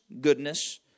goodness